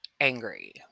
angry